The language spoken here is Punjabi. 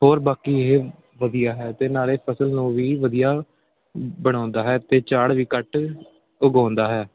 ਹੋਰ ਬਾਕੀ ਇਹ ਵਧੀਆ ਹੈ ਅਤੇ ਨਾਲੇ ਫਸਲ ਨੂੰ ਵੀ ਵਧੀਆ ਬਣਾਉਂਦਾ ਹੈ ਅਤੇ ਝਾੜ ਵੀ ਘੱਟ ਉਗਾਉਂਦਾ ਹੈ